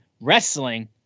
wrestling